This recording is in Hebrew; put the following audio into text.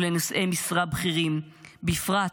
ולנושאי משרה בכירים בפרט,